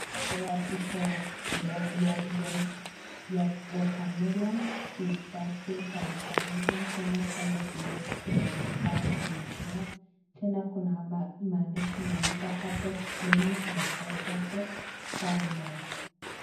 Tumepewa picha ya ya ya watermelon seeds za watermelon . Tena kando kidogo kuna matao tumepewa. Tena kuna maandishi imeandikwa Herbal Clinic Masai Herbal buy now .